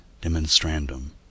demonstrandum